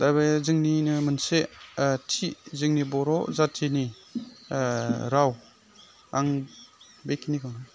दा बे जोंनिनो मोनसे थि जोंनि बर' जाथिनि राव आं बेखिनिखौनो